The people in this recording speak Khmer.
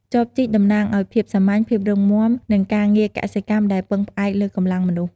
ចបជីកតំណាងឱ្យភាពសាមញ្ញ ភាពរឹងមាំ និងការងារកសិកម្មដែលពឹងផ្អែកលើកម្លាំងមនុស្ស។